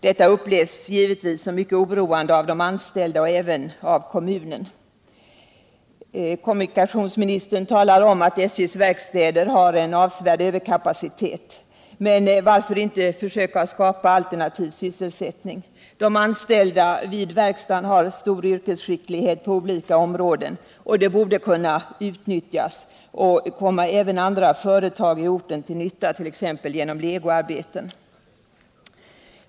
Detta upplevs givetvis som mycket oroande av de anställda och även av kommunen. Kommunikationsministern talar om att SJ:s verkstäder har en avsevärd överkapacitet. Men varför inte försöka skapa alternativ sysselsättning? De anställda vid verkstaden har stor yrkesskicklighet på olika områden och de borde kunna utnyttjas och komma även andra företag på orten till nytta, t.ex. genom legoarbeten.